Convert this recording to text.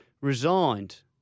resigned